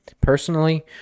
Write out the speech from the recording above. personally